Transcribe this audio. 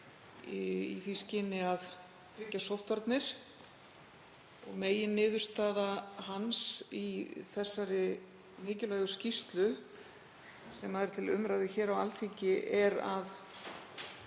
í því skyni að tryggja sóttvarnir. Meginniðurstaða hans, í þeirri mikilvægu skýrslu sem er til umræðu hér á Alþingi, er að